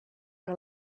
que